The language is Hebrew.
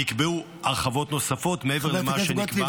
נקבעו הרחבות נוספות מעבר למה שנקבע ------ חברת הכנסת גוטליב,